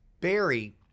Barry